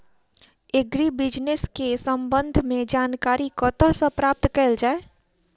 Agri business केँ संबंध मे जानकारी कतह सऽ प्राप्त कैल जाए?